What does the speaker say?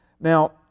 Now